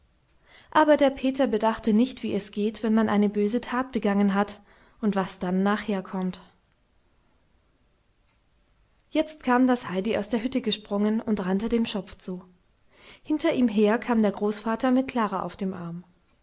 aber der peter bedachte nicht wie es geht wenn man eine böse tat begangen hat und was dann nachher kommt jetzt kam das heidi aus der hütte gesprungen und rannte dem schopf zu hinter ihm her kam der großvater mit klara auf dem arm